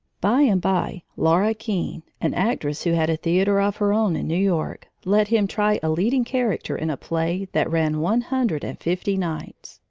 by and by laura keene, an actress who had a theater of her own in new york, let him try a leading character in a play that ran one hundred and fifty nights.